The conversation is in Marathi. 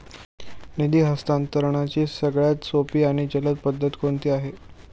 निधी हस्तांतरणाची सगळ्यात सोपी आणि जलद पद्धत कोणती आहे?